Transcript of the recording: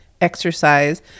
exercise